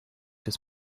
des